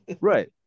Right